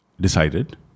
decided